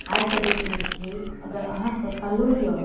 आइ के डेट मे छैक अगर अहाँ के कलो यऽ